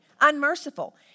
unmerciful